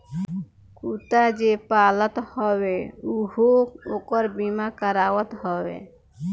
कुत्ता जे पालत हवे उहो ओकर बीमा करावत हवे